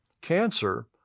cancer